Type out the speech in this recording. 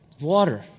water